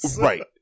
right